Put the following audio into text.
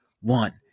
One